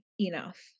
enough